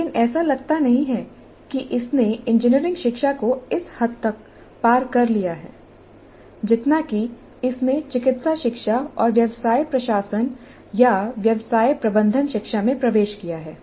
लेकिन ऐसा लगता नहीं है कि इसने इंजीनियरिंग शिक्षा को इस हद तक पार कर लिया है जितना कि इसने चिकित्सा शिक्षा और व्यवसाय प्रशासन या व्यवसाय प्रबंधन शिक्षा में प्रवेश किया है